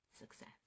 success